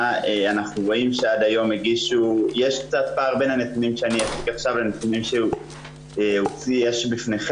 יש קצת פער בין הנתונים שאני אציג עכשיו לנתונים שיש בפניכם,